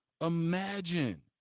imagine